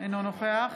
אינו נוכח